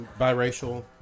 biracial